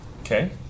Okay